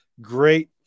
Great